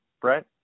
Brett